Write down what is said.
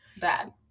bad